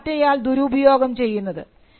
അതാണ് മറ്റേയാൾ ദുരുപയോഗം ചെയ്യുന്നത്